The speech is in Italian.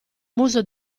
muso